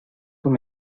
una